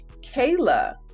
Kayla